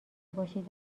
باشید